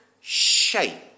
shape